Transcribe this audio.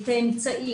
את האמצע,